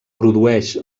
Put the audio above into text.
produeix